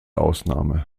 ausnahme